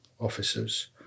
officers